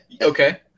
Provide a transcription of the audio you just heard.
Okay